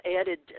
added